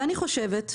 ולדעתי,